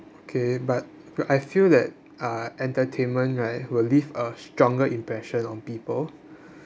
okay but I feel that uh entertainment right will leave a stronger impression on people